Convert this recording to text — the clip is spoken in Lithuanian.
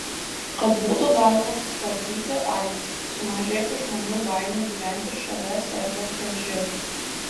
kad būtų galima sustabdyti aids sumažėtų žmonių baimė gyventi šalia sergančio živ